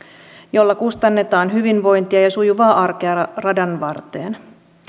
jolla kustannetaan hyvinvointia ja sujuvaa arkea radan varteen